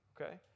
Okay